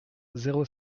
zéro